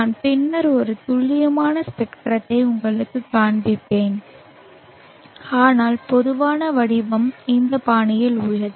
நான் பின்னர் ஒரு துல்லியமான ஸ்பெக்ட்ரத்தை உங்களுக்குக் காண்பிப்பேன் ஆனால் பொதுவான வடிவம் இந்த பாணியில் உள்ளது